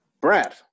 Brad